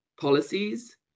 policies